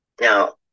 Now